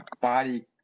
body